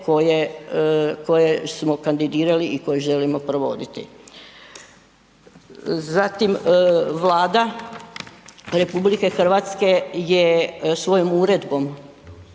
koje smo kandidirali i koje želimo provoditi. Zatim, Vlada RH je svojom uredbom